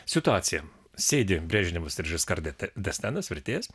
situacija sėdi brežnevas ir žiskar det destenas vertėjas